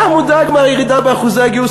אתה מודאג מהירידה באחוזי הגיוס?